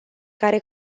care